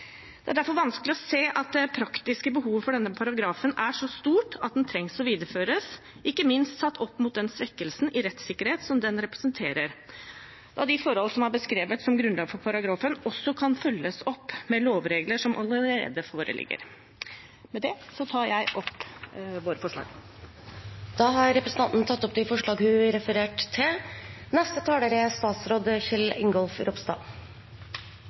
Det er derfor vanskelig å se at det praktiske behovet for denne paragrafen er så stort at man trenger å videreføre den, ikke minst sett opp mot den svekkelsen i rettssikkerhet som den representerer, da de forhold som er beskrevet som grunnlag for paragrafen, også kan følges opp med lovregler som allerede foreligger. Med det tar jeg opp forslagene fra mindretallet i komiteen. Representanten Åslaug Sem-Jacobsen har da tatt opp de forslagene hun refererte til. Jeg er